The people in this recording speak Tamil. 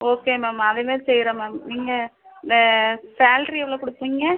ஓகே மேம் அதேமாரி செய்கிறேன் மேம் நீங்கள் இந்த சேல்ரி எவ்வளோ கொடுப்பீங்க